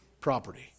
property